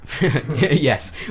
Yes